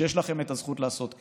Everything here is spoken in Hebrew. כשיש לכם את הזכות לעשות כן.